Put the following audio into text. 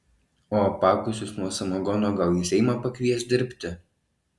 o apakusius nuo samagono gal į seimą pakvies dirbti